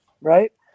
right